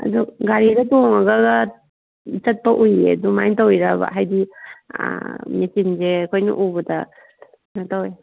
ꯑꯗꯣ ꯒꯥꯔꯤꯒ ꯇꯣꯡꯉꯒꯒ ꯆꯠꯄ ꯎꯏꯌꯦ ꯑꯗꯨꯃꯥꯏ ꯇꯧꯔꯤꯔꯥꯕ ꯍꯥꯏꯗꯤ ꯃꯦꯆꯤꯟꯁꯦ ꯑꯩꯈꯣꯏꯅ ꯎꯕꯗ ꯀꯩꯅꯣ ꯇꯧꯋꯦ